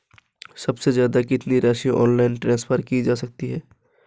सबसे ज़्यादा कितनी राशि ऑनलाइन ट्रांसफर की जा सकती है?